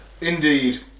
Indeed